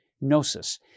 Gnosis